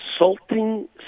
insulting